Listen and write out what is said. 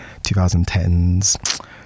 2010s